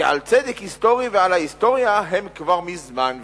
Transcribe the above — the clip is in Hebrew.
כי על צדק היסטורי ועל ההיסטוריה הם כבר מזמן ויתרו.